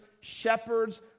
shepherds